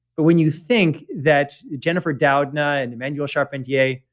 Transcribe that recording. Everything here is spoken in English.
but when you think that jennifer doudna and emanuel charpentier,